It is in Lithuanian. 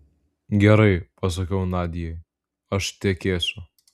gerai pasakiau nadiai aš tekėsiu